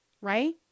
right